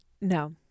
No